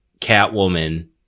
Catwoman